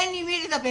אין עם מי לדבר.